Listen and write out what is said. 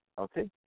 Okay